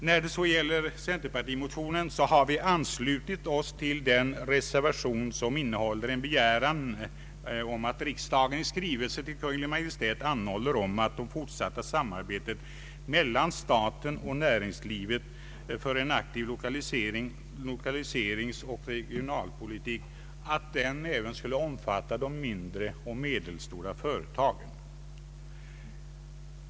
När det gäller centerpartimotionen har vi anslutit oss till den reservation som innehåller en begäran att riksdagen i skrivelse till Kungl. Maj:t skall anhålla att det fortsatta samarbetet mellan staten och näringslivet för en aktiv lokaliseringsoch regionalpolitik måtte omfatta även de mindre och medelstora företagens organisationer.